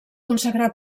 consagrà